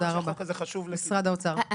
משרד האוצר, בבקשה.